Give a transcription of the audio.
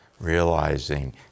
realizing